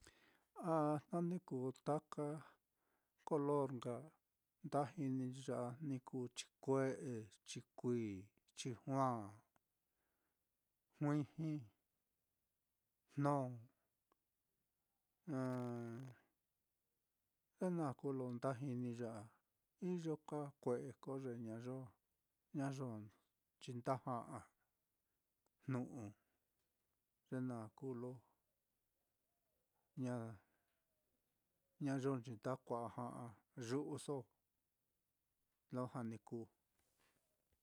a jna ni kuu taka color nka nda jini nchi ya á ni kuu chikue'e, chikuií, chijuaa, juiji, jnó, ye naá kuu lo nda jini ya á, iyo ka kue'e ko ye ñayo ñayonchi nda ja'a jnu'u, ye naá kuu lo ñayonchi nda kua'a ja'a yu'uso, lujua ni kuu.